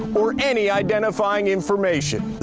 or any identifying information.